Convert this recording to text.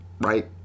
Right